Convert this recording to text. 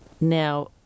Now